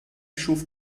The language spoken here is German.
schuf